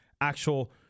actual